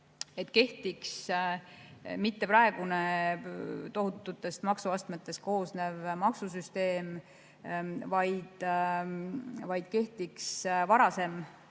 et kehtiks mitte praegune tohututest maksuastmetest koosnev maksusüsteem, vaid varasem